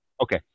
Okay